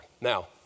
now